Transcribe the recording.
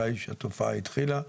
כאשר התופעה התחילה,